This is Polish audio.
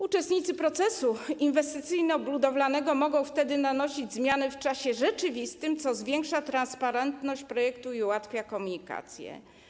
Uczestnicy procesu inwestycyjno-budowlanego mogą wtedy nanosić zmiany w czasie rzeczywistym, co zwiększa transparentność projektu i ułatwia komunikację.